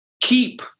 Keep